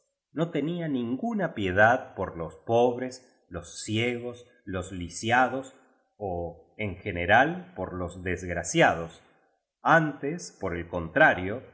no tenía ninguna piedad por los pobres los ciegos los lisiados ó en general por los desgraciados antes por el contrario